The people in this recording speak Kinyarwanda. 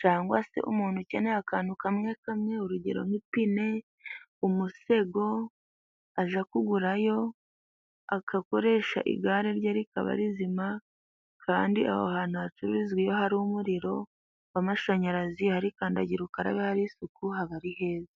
cangwa se umuntu ukeneye akantu kamwe kamwe urugero nk'ipine, umusego aja kugurayo akakoresha igare rye rikaba rizima, kandi aho hantu hacururizwa iyo hari umuriro w'amashanyarazi, hari Kandagirukarabe, hari isuku haba ari heza.